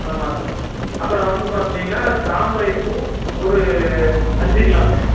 ஆமாங்க அப்புறோம் வந்து பார்த்துட்டீங்கன்னா தாமரைப் பூ ஒரு அஞ்சு கிலோங்க